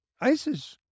ISIS